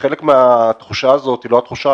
חלק מן התחושה הזאת והיא לא תחושה,